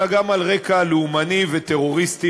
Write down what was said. אלא גם על רקע לאומני וטרוריסטי,